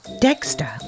Dexter